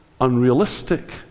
unrealistic